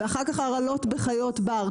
ואחר כך הרעלות בחיות בר,